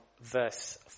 verse